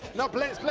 and please, please,